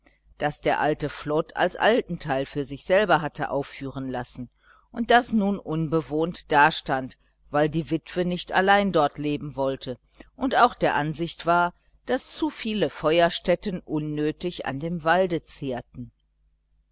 das der alte flod als altenteil für sich selber hatte aufführen lassen und das nun unbewohnt dastand weil die witwe nicht allein dort leben wollte und auch der ansicht war daß zu viele feuerstätten unnötig an dem walde zehrten